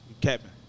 captain